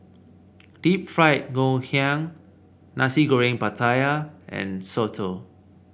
Deep Fried Ngoh Hiang Nasi Goreng Pattaya and soto